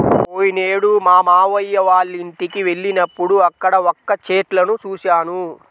పోయినేడు మా మావయ్య వాళ్ళింటికి వెళ్ళినప్పుడు అక్కడ వక్క చెట్లను చూశాను